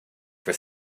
for